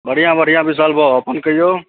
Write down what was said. बढ़िऑं बढ़िऑं विशाल बाबू अपन कहियौ